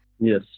Yes